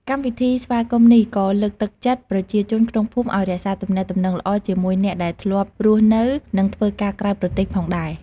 កម្មវិធីស្វាគមន៍នេះក៏លើកទឹកចិត្តប្រជាជនក្នុងភូមិឱ្យរក្សាទំនាក់ទំនងល្អជាមួយអ្នកដែលធ្លាប់រស់នៅ និងធ្វើការក្រៅប្រទេសផងដែរ។